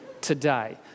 today